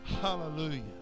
Hallelujah